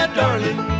darling